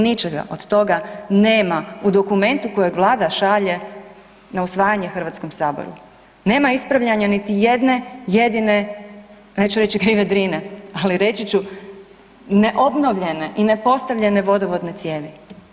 Ničega od toga nema u dokumentu kojeg Vlada šalje na usvajanje HS-u, nema ispravljanja niti jedne jedine, neću reći krive Drine, ali reći ću ne obnovljene i ne postavljene vodovodne cijevi.